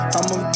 I'ma